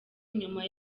nyuma